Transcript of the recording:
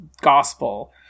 gospel